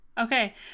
Okay